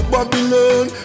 Babylon